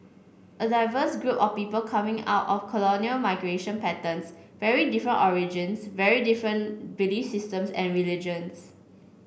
a diverse group of people coming out of colonial migration patterns very different origins very different belief systems and religions